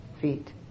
feet